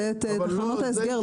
ואת תחנות ההסגר,